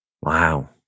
Wow